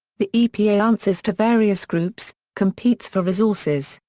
the epa answers to various groups, competes for resources,